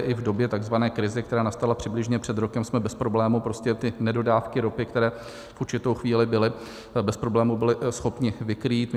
I v době takzvané krize, která nastala přibližně před rokem, jsme bez problémů prostě ty nedodávky ropy, které v určitou chvíli byly, bez problémů byli schopni vykrýt.